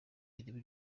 ireme